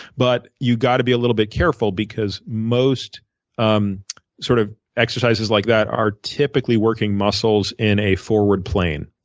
but you gotta be a little bit careful because most um sort of exercises like that are typically working muscles in a forward plane.